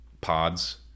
pods